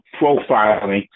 profiling